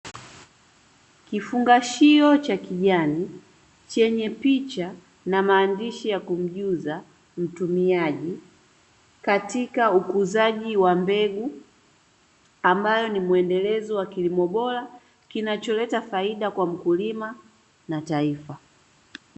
Kifungashio cha kijani chenye picha na maandishi ya kumjuza mtumiaji katika ukuzaji wa mbegu, ambayo ni muendelezo wa kilimo bora kinacholeta faida kwa mkulima na taifa.